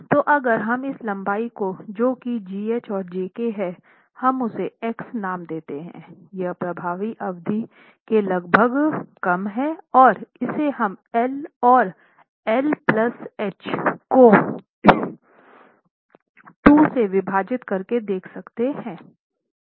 तो अगर हम इस लम्बाई को जो की GH और JK है हम उसे x नाम देते हैं यह प्रभावी अवधि के लगभग कम है और इसे हम L or L H को 2 से विभाजित करके देख सकते हैं